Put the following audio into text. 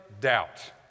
doubt